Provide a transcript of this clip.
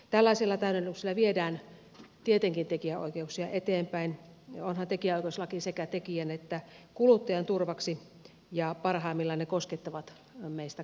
tällaisilla täydennyksillä viedään tietenkin tekijänoikeuksia eteenpäin onhan tekijänoikeuslaki sekä tekijän että kuluttajan turvaksi ja parhaimmillaan ne koskettavat meistä kaikkia